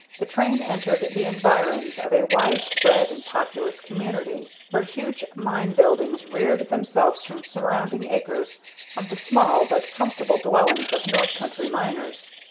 the train entered the environs of a wide-spread and populous community, where huge mine buildings reared themselves from surrounding acres of the small but comfortable dwellings of north-country miners.